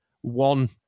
one